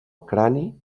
crani